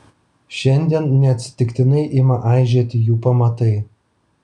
šiandien neatsitiktinai ima aižėti jų pamatai